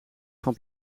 van